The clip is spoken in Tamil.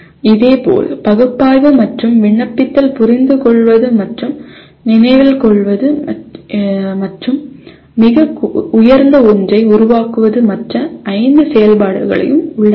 இதேபோல் பகுப்பாய்வு என்பது விண்ணப்பித்தல் புரிந்துகொள்வது மற்றும் நினைவில் கொள்வது மற்றும் மிக உயர்ந்த ஒன்றை உருவாக்குவது மற்ற 5 செயல்பாடுகளையும் உள்ளடக்கும்